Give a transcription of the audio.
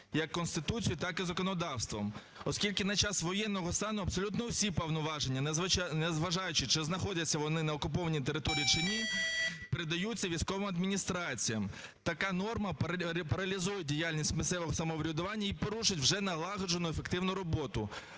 як Конституцією, так і законодавство, оскільки на час воєнного стану абсолютно всі повноваження, незважаючи, чи знаходяться вони на окупованій території, чи ні, передаються військовим адміністраціям. Така норма паралізує діяльність місцевих самоврядувань і порушить вже налагоджену ефективну роботу.